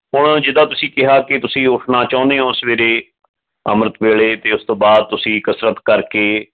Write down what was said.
ਹੁਣ ਜਿੱਦਾਂ ਤੁਸੀਂ ਕਿਹਾ ਕਿ ਤੁਸੀਂ ਉੱਠਣਾ ਚਾਹੁੰਦੇ ਹੋ ਸਵੇਰੇ ਅੰਮ੍ਰਿਤ ਵੇਲੇ ਅਤੇ ਉਸ ਤੋਂ ਬਾਅਦ ਤੁਸੀਂ ਕਸਰਤ ਕਰਕੇ